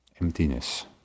Emptiness